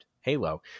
Halo